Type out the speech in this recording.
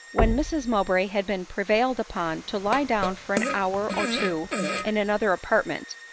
when mrs mowbray had been prevailed upon to lie down for an hour or two in another apartment,